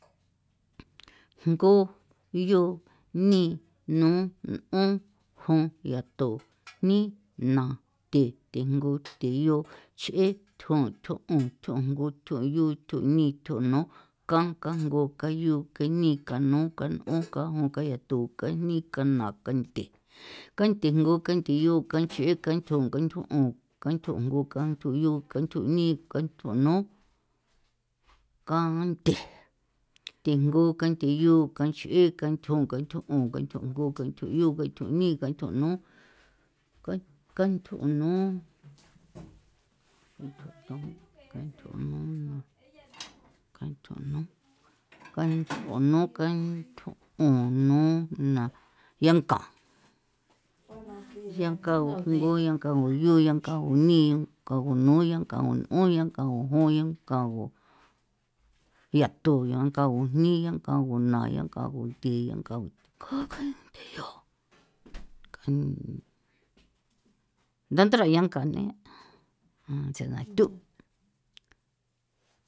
Jngu, yu, ni, nu, n'on, jon, yatu, jni, na, the, the jngu, the yu, ch'e, thjon, thon 'on, thon jngu, thon yu, thon ni, thon nu, kan, kan jngu, kan yu, kan ni, kan nu, kan n'on, kan jon, kan yatu, kan jni, kan na, kanthe, kanthe jngu, kanthe yu, kanch'e, kanthon, kanthon 'on, kanthon jngu, kanthon yu, kanthon ni, kanthon nu, kanthe, kanthe jngu, kanthe yu, kanch'e, kantjon, kanthjo 'on, kanthjon jngu, kanthjon yu, kanthjon ni, kanthjon nu, ka kanthjon nu, kanthjon, kanthjon nu, kanthjon 'on nu na, yanka, yankagu jngu, yankagu yu, yankagu ni, yankagu nu, yankagu n'on, yankagu jon, yankagu yatu, yankagu jni, yankagu na, yankagu thi, kan danthara yankane tsena tu'.